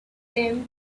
them